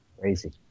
Crazy